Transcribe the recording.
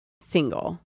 single